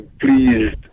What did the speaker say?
pleased